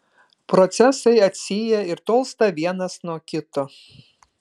procesai atsyja ir tolsta vienas nuo kito